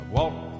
walk